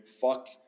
Fuck